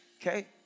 Okay